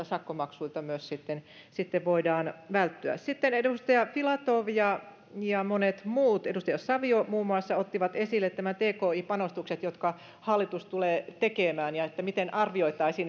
sakkomaksuilta myös sitten sitten voidaan välttyä sitten edustaja filatov ja ja monet muut edustaja savio muun muassa ottivat esille nämä tki panostukset jotka hallitus tulee tekemään ja sen miten arvioitaisiin